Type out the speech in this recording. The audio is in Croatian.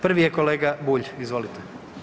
Prvi je kolega Bulj, izvolite.